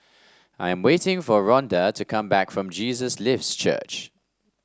I am waiting for Rhonda to come back from Jesus Lives Church